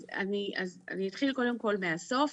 אז אני אתחיל קודם כל מהסוף.